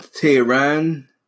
Tehran